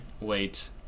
Wait